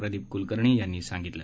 प्रदीप क्लकर्णी यांनी सांगितलं